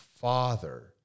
father